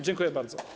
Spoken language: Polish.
Dziękuję bardzo.